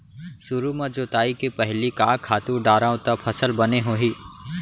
सुरु म जोताई के पहिली का खातू डारव त फसल बने होही?